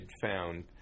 found